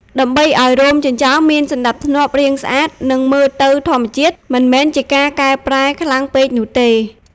ដើម្បីឲ្យរោមចិញ្ចើមមានសណ្តាប់ធ្នាប់ រាងស្អាត និងមើលទៅធម្មជាតិ មិនមែនជាការកែប្រែខ្លាំងពេកនោះទេ។